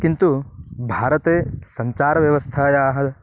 किन्तु भारते सञ्चारव्यवस्थायाः